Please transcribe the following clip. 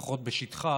לפחות בשטחה.